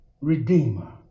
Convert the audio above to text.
Redeemer